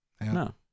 no